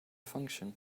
function